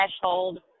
threshold